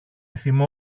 θυμό